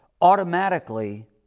automatically